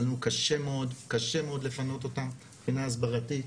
לנו קשה מאוד לפנות אותם מבחינה הסברתית,